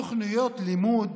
תוכניות לימוד,